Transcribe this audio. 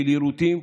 של יירוטים,